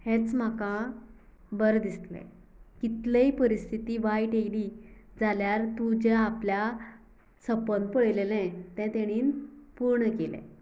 हेंच म्हाका बरें दिसलें कितलेंय परिस्थिती वायट येयली जाल्यार तुजें आपल्या सपन पळयलेलें तें तेणीन पूर्ण केलें